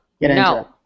No